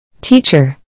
Teacher